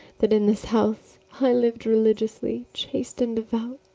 that in this house i liv'd religiously, chaste, and devout,